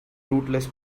rootless